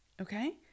okay